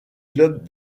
clubs